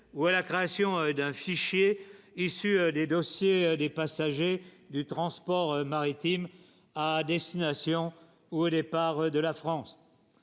ou à la création d'un fichier issu des. Dossier des passagers du transport maritime à destination ou au départ de la France,